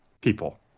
People